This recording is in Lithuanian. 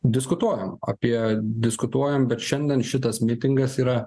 diskutuojam apie diskutuojam bet šiandien šitas mitingas yra